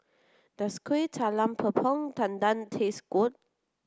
does Kueh Talam Tepong Pandan taste good